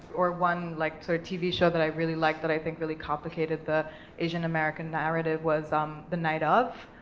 or one, like, sorta tv show that i really like that i think really complicated the asian american narrative was um the night of,